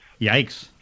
Yikes